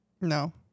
No